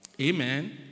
Amen